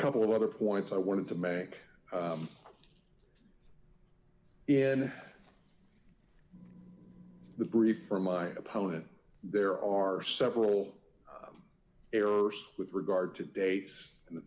couple of other points i wanted to make in the brief for my opponent there are several errors with regard to dates in the